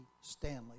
Stanley